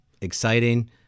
exciting